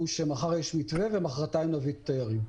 שמחר יש מתווה ומוחרתיים נביא את התיירים.